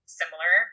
similar